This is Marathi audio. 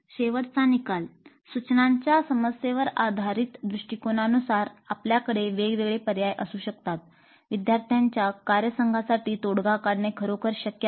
शेवटचा निकालः सूचनांच्या समस्येवर आधारित दृष्टिकोनानुसार आपल्याकडे वेगवेगळे पर्याय असू शकतात विद्यार्थ्यांच्या कार्यसंघासाठी तोडगा काढणे खरोखर शक्य आहे